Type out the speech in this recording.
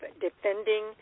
defending